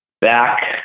back